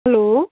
hello